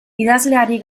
idazleari